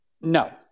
No